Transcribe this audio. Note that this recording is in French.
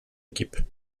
équipes